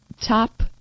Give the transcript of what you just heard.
top